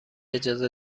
اجازه